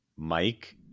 Mike